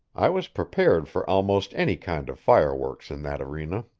i was prepared for almost any kind of fire-works in that arena.